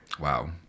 Wow